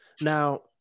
Now